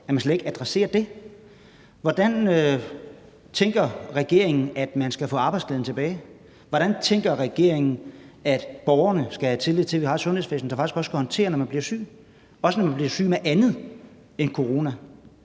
at det slet ikke adresseres. Hvordan tænker regeringen man skal få arbejdsglæden tilbage? Hvordan tænker regeringen borgerne skal have tillid til, at vi har et sundhedsvæsen, der faktisk også kan håndtere det, at vi bliver syge – også når vi bliver syge af andet end corona?